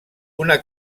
una